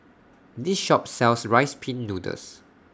This Shop sells Rice Pin Noodles